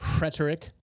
rhetoric